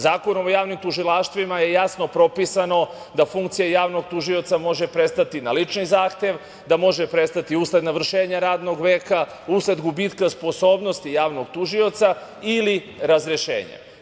Zakonom o javnim tužilaštvima je jasno propisano da funkcija javnog tužioca može prestati na lični zahtev, da može prestati usled navršenja radnog veka, usled gubitka sposobnosti javnog tužioca ili razrešenje.